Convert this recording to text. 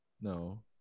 no